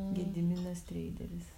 gediminas treideris